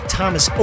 Thomas